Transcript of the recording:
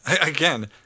Again